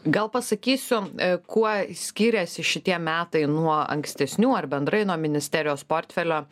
gal pasakysiu kuo skiriasi šitie metai nuo ankstesnių ar bendrai nuo ministerijos portfelio